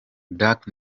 dark